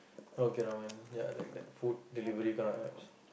okay never mind ya that that food delivery kind of apps